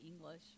English